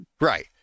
Right